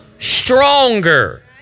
stronger